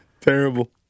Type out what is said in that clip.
Terrible